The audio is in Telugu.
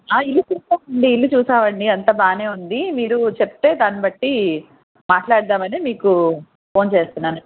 ఆ ఇల్లు చూసాము మీ ఇల్లు చూసాము అండి అంతా బాగానే ఉంది మీరు చెప్తే దాన్ని బట్టి మాట్లాడదాము అనే మీకు ఫోన్ చేస్తున్నాను